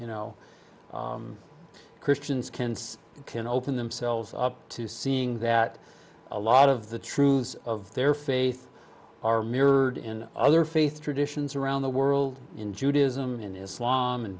you know christians can can open themselves up to seeing that a lot of the truths of their faith are mirrored in other faith traditions around the world in judaism in isla